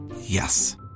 Yes